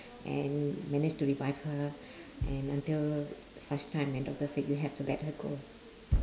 and manage to revive her and until such time the doctor said you have to let her go